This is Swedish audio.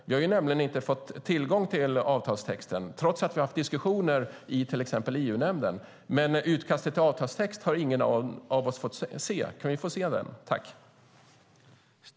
Vi har nämligen inte fått tillgång till avtalstexten trots att vi har haft diskussioner i till exempel EU-nämnden. Utkastet till avtalstext har ingen av oss fått se. Kan vi få se det?